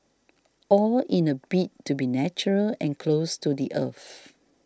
all in a bid to be natural and close to the earth